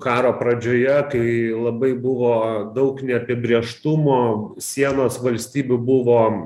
karo pradžioje kai labai buvo daug neapibrėžtumo sienos valstybių buvo